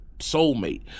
Soulmate